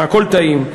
והכול טעים.